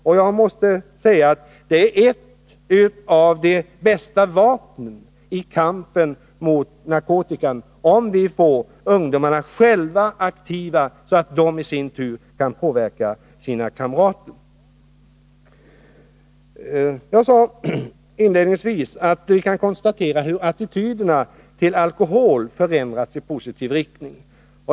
Och det är ett av de bästa vapnen i kampen mot narkotikan om vi får ungdomarna själva aktiva, så att de i sin tur kan påverka sina kamrater. Jag sade inledningsvis att vi har kunnat konstatera hur attityderna mot alkohol har förändrats i positiv riktning.